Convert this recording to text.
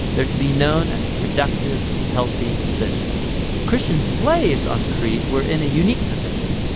they are to be known as productive, healthy citizens. christian slaves on crete were in a unique position.